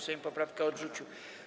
Sejm poprawkę odrzucił.